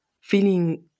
feeling